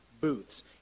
Booths